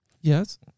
Yes